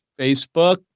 Facebook